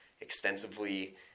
extensively